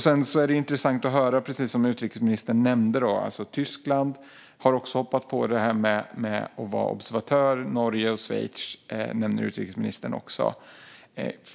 Det var intressant att höra det som utrikesministern nämnde om att Tyskland också har hoppat på detta med att vara observatör. Utrikesministern nämnde också Norge och Schweiz.